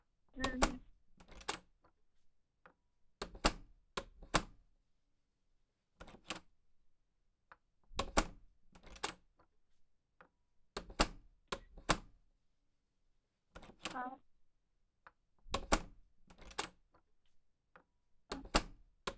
ᱦᱩᱸ ᱦᱩᱸ ᱦᱚᱸ ᱦᱚᱸ